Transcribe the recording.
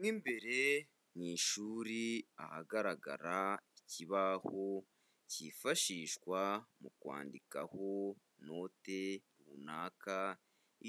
Mo imbere mu ishuri ahagaragara ikibaho cyifashishwa mu kwandikaho note runaka